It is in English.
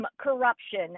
corruption